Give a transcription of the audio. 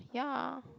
yeah